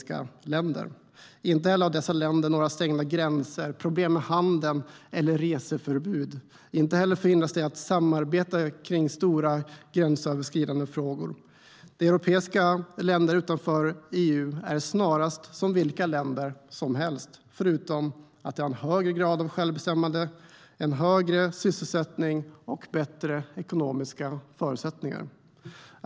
Dessa länder har inte några stängda gränser, problem med handeln eller reseförbud. Inte heller förhindras de att samarbeta i stora gränsöverskridande frågor. De europeiska länderna utanför EU är snarast som vilka länder som helst, förutom att de har en högre grad av självbestämmande, högre sysselsättning och bättre ekonomiska förutsättningar.